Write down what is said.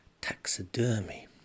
taxidermy